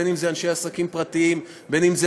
בין אם זה אנשי עסקים פרטיים ובין אם זה